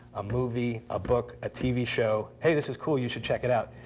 a movie, a book, a tv show, hey, this is cool, you should check it out,